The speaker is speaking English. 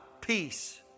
peace